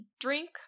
drink